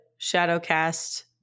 Shadowcast